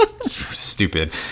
stupid